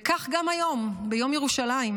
וכך גם היום, ביום ירושלים,